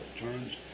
turns